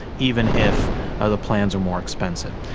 even if the plans were more expensive.